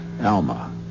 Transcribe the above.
Alma